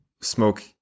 smoke